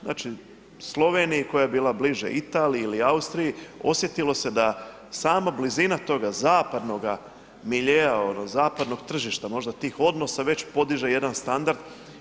Znači Slovenija koja je bila bliže Italiji ili Austriji osjetilo se da sama blizina toga zapadnoga miljea, zapadnog tržišta, možda tih odnosa već podiže jedan standard.